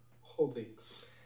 holdings